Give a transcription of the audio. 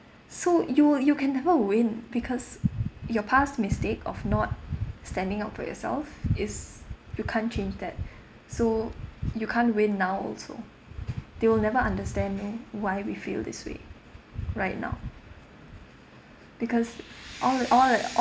so you you can never win because your past mistake of not standing up for yourself is you can't change that so you can't win now also they will never understand why we feel this way right now because all all that all